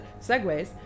Segways